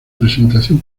presentación